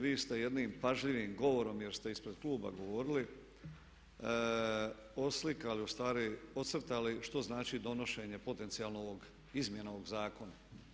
Vi ste jednim pažljivim govorom jer ste ispred kluba govorili oslikali, ustvari ocrtali što znači donošenje potencijalno izmjena ovog zakona.